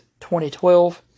2012